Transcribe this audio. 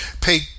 pay